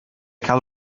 cael